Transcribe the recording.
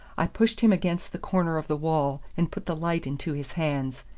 i pushed him against the corner of the wall and put the light into his hands.